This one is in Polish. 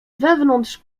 wewnątrz